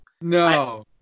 No